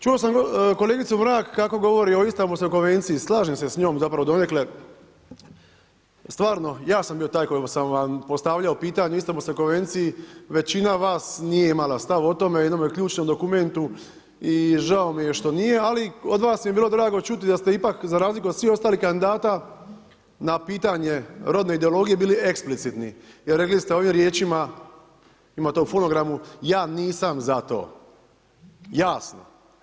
Čuo sam kolegicu Mrak kako govori o Istanbulskoj konvenciji, slažem se s njom zapravo donekle, stvarno ja sam bio taj koji sam vam postavljao pitanje o Istanbulskoj konvenciji, većina vas nije imala stav o tome o jednom ključnom dokumentu i žao mi je što nije, ali od vas mi je bilo drago čuti da ste ipak za razliku od svih ostalih kandidata na pitanje rodne ideologije bili eksplicitni i rekli ste ovim riječima, ima to u fonogramu, ja nisam za to, jasno.